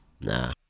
Nah